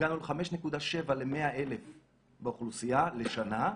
הגענו ל-5.7 ל-100,000 באוכלוסייה, לשנה.